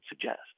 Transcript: suggest